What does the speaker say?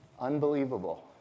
unbelievable